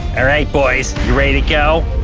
alright boys, you ready to go?